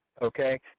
Okay